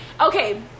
Okay